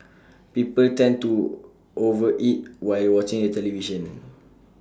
people tend to over eat while watching the television